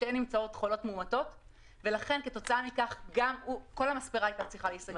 שתיהן נמצאו חולות מאומתות וכתוצאה מכך כל המספרה הייתה צריכה להיסגר.